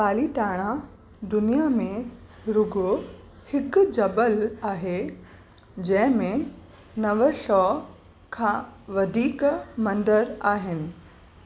पालीताणा दुनिया में रुॻो हिकु जबल आहे जंहिं में नव सौ खां वधीक मंदर आहिनि